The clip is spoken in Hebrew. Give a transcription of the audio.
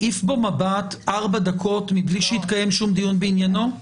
העיף בו מבט ארבע דקות מבלי שהתקיים שום דיון בעניינו?